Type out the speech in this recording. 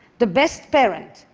the best parent,